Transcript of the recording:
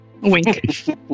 Wink